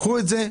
קחו את זה.